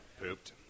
pooped